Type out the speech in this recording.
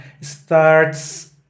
starts